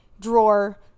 drawer